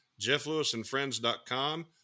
jefflewisandfriends.com